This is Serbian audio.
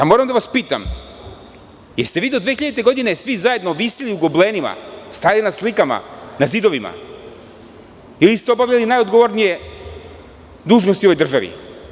Moram da vas pitam – jeste vi do 2000. godine svi zajedno visili u goblenima, stajali na slikama na zidovima, ili ste obavljali najodgovornije dužnosti u ovoj državi?